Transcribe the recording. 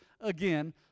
again